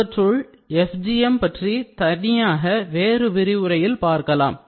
இவற்றுள் FGM பற்றி தனியாக வேறு விரிவுரையில் பார்க்கலாம்